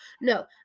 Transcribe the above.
No